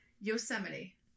Yosemite